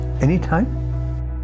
anytime